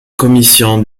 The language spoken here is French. commission